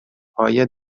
پایه